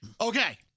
Okay